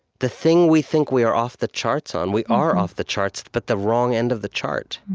the thing we think we are off the charts on, we are off the charts, but the wrong end of the chart.